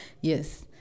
yes